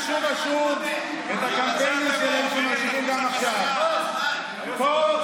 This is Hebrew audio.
את כל האידיאולוגיה שלכם השארתם וזרקתם לפח.